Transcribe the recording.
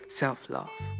self-love